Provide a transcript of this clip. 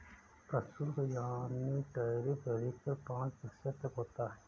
प्रशुल्क यानी टैरिफ अधिकतर पांच प्रतिशत तक होता है